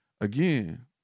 again